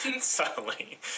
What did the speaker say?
Subtly